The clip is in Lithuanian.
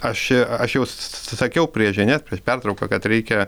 aš aš jau sa sakiau prieš žinias prieš pertrauką kad reikia